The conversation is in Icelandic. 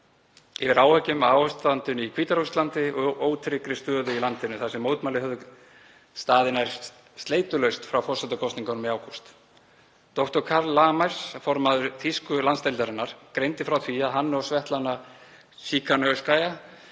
yfir áhyggjum af ástandinu í Hvíta-Rússlandi og ótryggri stöðu í landinu þar sem mótmæli höfðu staðið yfir nær sleitulaust frá forsetakosningunum í ágúst. Dr. Karl Lamers, formaður þýsku landsdeildarinnar, greindi frá því að hann og Svetlana Tsíkhanovskaja,